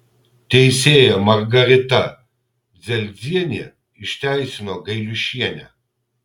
teisėja margarita dzelzienė išteisino gailiušienę